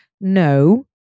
No